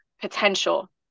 potential